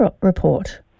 report